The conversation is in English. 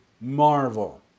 marvel